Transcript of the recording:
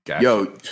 Yo